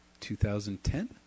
2010